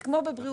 זה כמו בבריאות.